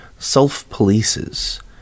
self-polices